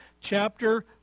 chapter